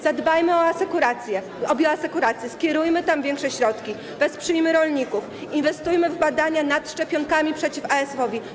Zadbajmy o bioasekurację, skierujmy tam większe środki, wesprzyjmy rolników, inwestujmy w badania nad szczepionkami przeciw ASF-owi.